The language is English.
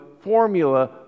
formula